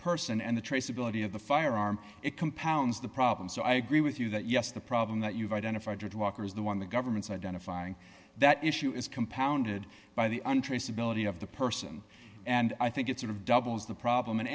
person and the traceability of the firearm it compounds the problem so i agree with you that yes the problem that you've identified walker is the one the government's identifying that issue is compounded by the un traceability of the person and i think it sort of doubles the problem